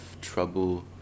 trouble